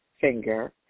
finger